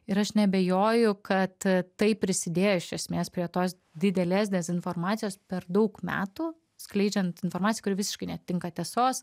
ir aš neabejoju kad tai prisidėjo iš esmės prie tos didelės dezinformacijos per daug metų skleidžiant informaciją kuri visiškai netinka tiesos